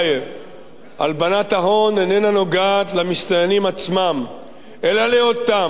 הלבנת ההון איננה נוגעת למסתננים עצמם אלא לאותם עבריינים